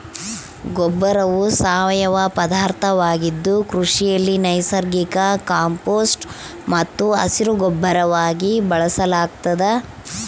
ಗೊಬ್ಬರವು ಸಾವಯವ ಪದಾರ್ಥವಾಗಿದ್ದು ಕೃಷಿಯಲ್ಲಿ ನೈಸರ್ಗಿಕ ಕಾಂಪೋಸ್ಟ್ ಮತ್ತು ಹಸಿರುಗೊಬ್ಬರವಾಗಿ ಬಳಸಲಾಗ್ತದ